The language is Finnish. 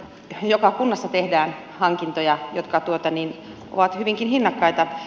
joka kunnassa tehdään hankintoja jotka ovat hyvinkin hinnakkaita